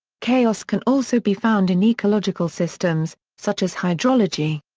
chaos can also be found in ecological systems, such as hydrology.